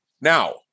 Now